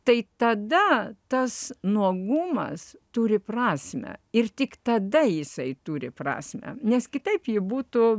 tai tada tas nuogumas turi prasmę ir tik tada jisai turi prasmę nes kitaip ji būtų